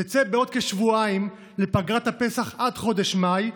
תצא בעוד כשבועיים לפגרת הפסח עד חודש מאי,